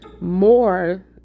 more